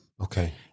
Okay